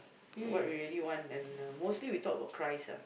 what we really want and uh mostly we talk about Christ ah